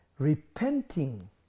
Repenting